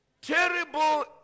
Terrible